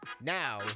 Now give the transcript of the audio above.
Now